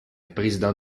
présidente